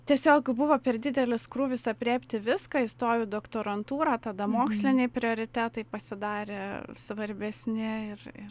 tiesiog buvo per didelis krūvis aprėpti viską įstojau į doktorantūrą tada moksliniai proritetai pasidarė svarbesni ir ir